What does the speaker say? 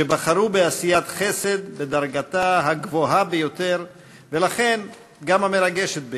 שבחרו בעשיית חסד בדרגתה הגבוהה ביותר ולכן גם המרגשת ביותר: